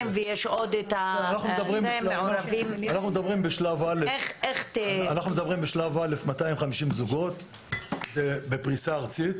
ו-1200 -- בשלב א' אנחנו מדברים על 250 זוגות בפריסה ארצית.